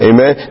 Amen